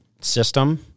system